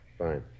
Fine